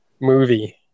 movie